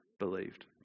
believed